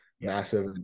massive